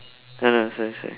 ya sorry sorry